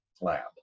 lab